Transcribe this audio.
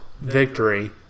victory